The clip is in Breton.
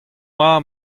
doa